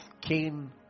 Cain